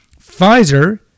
pfizer